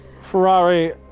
Ferrari